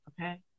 okay